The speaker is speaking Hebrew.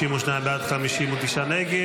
52 בעד, 59 נגד.